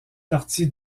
partie